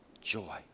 joy